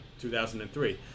2003